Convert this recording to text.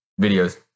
videos